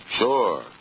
Sure